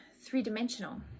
three-dimensional